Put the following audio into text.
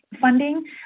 funding